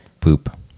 Poop